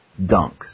dunks